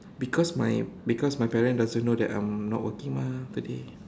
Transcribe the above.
because my because my parent doesn't know that I'm not working mah today